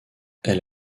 elle